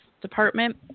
Department